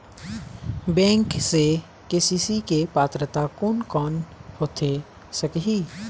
Bank से KCC के पात्रता कोन कौन होथे सकही?